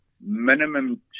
minimum